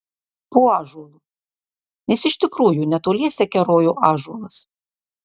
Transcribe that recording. po ąžuolu nes iš tikrųjų netoliese kerojo ąžuolas